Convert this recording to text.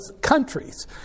countries